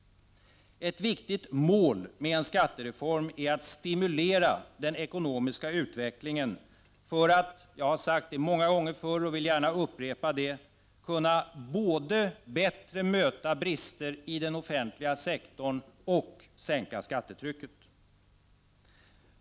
Ett viktigt mål för en skattereform är att stimulera den ekonomiska utvecklingen för att — jag har sagt det många gånger förr men vill gärna upprepa det — kunna både bättre möta brister i den offentliga sektorn och sänka skattetrycket.